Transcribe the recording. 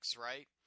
right